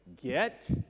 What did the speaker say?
get